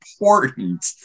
important